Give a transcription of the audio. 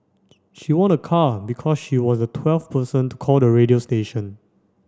she won a car because she was the twelfth person to call the radio station